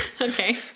okay